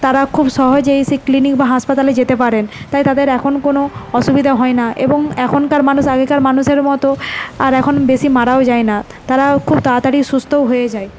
তারা খুব সহজেই সেই ক্লিনিক বা হাসপাতালে যেতে পারেন তাই তাদের এখন কোনো অসুবিধা হয় না এবং এখনকার মানুষ আগেকার মানুষের মতো আর এখন বেশি মারাও যায় না তারাও খুব তাড়াতাড়ি সুস্থও হয়ে যায়